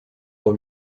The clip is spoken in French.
pour